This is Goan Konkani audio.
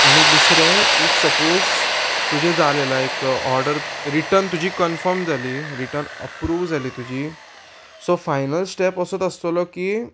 आनी दुसरें इफ सपोज तुजें जालें लायक ऑर्डर रिटन तुजी कन्फम जाली रिटन अप्रूव जाली तुजी सो फायनल स्टेप असोत आसतलो की